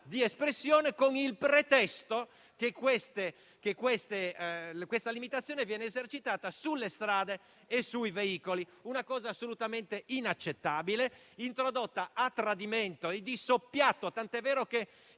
di espressione, con il pretesto che tale limitazione viene esercitata sulle strade e sui veicoli. Si tratta di una misura assolutamente inaccettabile, introdotta a tradimento e di soppiatto, tanto è vero che